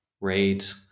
rate